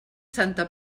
santa